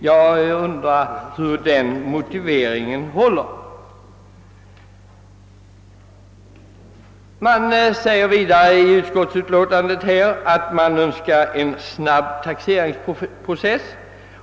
Jag undrar hur denna utskottets motivering håller i verkligheten. Utskottet anför vidare att man önskar en snabb taxeringsprocess.